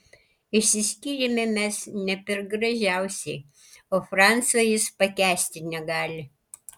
išsiskyrėme mes ne per gražiausiai o francio jis pakęsti negali